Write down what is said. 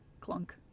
Clunk